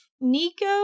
Nico